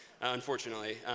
unfortunately